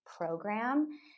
program